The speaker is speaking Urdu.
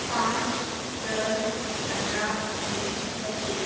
پانچ دس پندرہ بیس پچیس